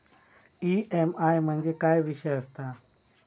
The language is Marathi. ई.एम.आय म्हणजे काय विषय आसता?